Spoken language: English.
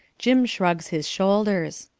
jim shrugs his shoulders.